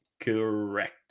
Correct